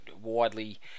widely